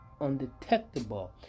undetectable